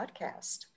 podcast